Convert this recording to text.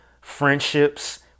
friendships